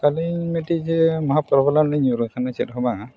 ᱟᱹᱞᱤᱧ ᱢᱤᱫᱴᱤᱡ ᱡᱟᱭᱜᱟᱨᱮ ᱢᱚᱦᱟ ᱨᱮᱞᱤᱧ ᱧᱩᱨ ᱟᱠᱟᱱᱟ ᱪᱮᱫ ᱦᱚᱸ ᱵᱟᱝᱟ